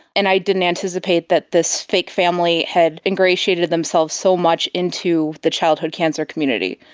and i didn't anticipate that this fake family had ingratiated themselves so much into the childhood cancer community.